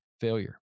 failure